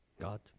God